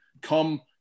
come